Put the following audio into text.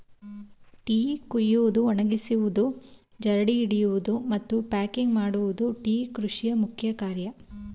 tea ಕುಯ್ಯುವುದು, ಒಣಗಿಸುವುದು, ಜರಡಿ ಹಿಡಿಯುವುದು, ಮತ್ತು ಪ್ಯಾಕಿಂಗ್ ಮಾಡುವುದು ಟೀ ಕೃಷಿಯ ಮುಖ್ಯ ಕಾರ್ಯ